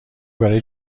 برای